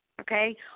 okay